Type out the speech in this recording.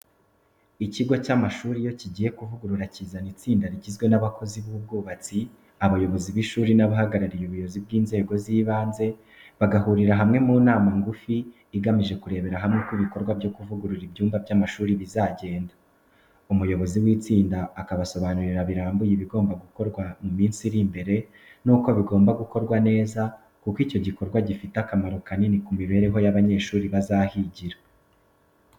Ikigo cy’amashuri iyo kigiye kuvugurura, kizana itsinda rigizwe n’abakozi b’ubwubatsi, abayobozi b’ishuri n’abahagarariye ubuyobozi bw’inzego z’ibanze bagahurira hamwe mu nama ngufi igamije kurebera hamwe uko ibikorwa byo kuvugurura ibyumba by’amashuri bizagenda. Umuyobozi w’itsinda, akabasobanurira birambuye ibigomba gukorwa mu minsi iri imbere nuko bigomba gukorwa neza kuko icyo gikorwa gifite akamaro kanini ku mibereho y’abanyeshuri bazahigira.